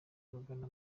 rugana